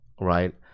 right